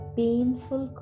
painful